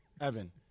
Evan